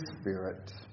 Spirit